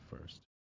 first